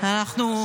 לא.